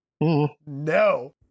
No